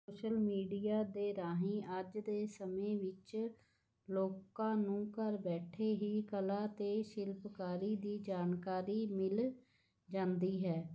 social media ਦੇ ਰਾਹੀਂ ਅੱਜ ਦੇ ਸਮੇਂ ਵਿੱਚ ਲੋਕਾਂ ਨੂੰ ਘਰ ਬੈਠੇ ਹੀ ਕਲਾ ਅਤੇ ਸ਼ਿਲਪਕਾਰੀ ਦੀ ਜਾਣਕਾਰੀ ਮਿਲ ਜਾਂਦੀ ਹੈ